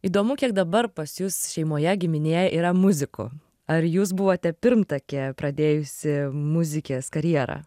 įdomu kiek dabar pas jus šeimoje giminėje yra muzikų ar jūs buvote pirmtakė pradėjusi muzikės karjerą